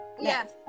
Yes